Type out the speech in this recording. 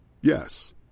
Yes